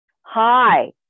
Hi